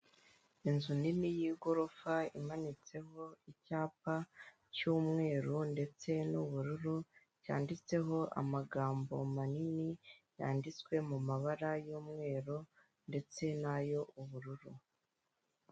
Inzu nini y'igorofa imanitseho icyapa cy'umweru ndetse n'ubururu cyanditseho amagambo manini yanditswe mabara y'umweru ndetse nayo ubururu.